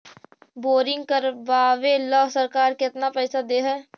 Boring करबाबे ल सरकार केतना पैसा दे है?